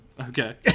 Okay